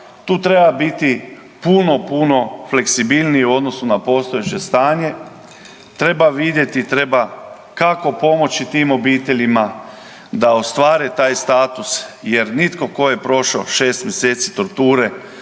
tu treba biti puno puno fleksibilniji u odnosu na postojeće stanje, treba vidjeti kako pomoći tim obiteljima da ostvare taj status jer nitko tko je prošao 6 mjeseci torture